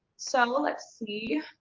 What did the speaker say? so let's see.